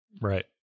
Right